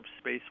Space